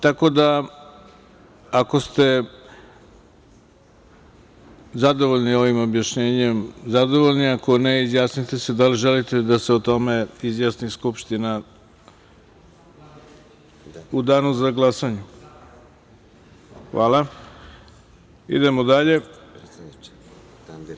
Tako da, ako ste zadovoljni ovim objašnjenjem, zadovoljni, a ako ne izjasnite se da li želite da se o tome izjasni Skupština u danu za glasanje. (Enis Imamović: Da.) Hvala.